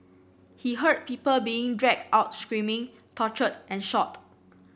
he heard people being dragged out screaming tortured and shot